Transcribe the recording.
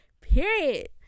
Period